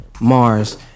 Mars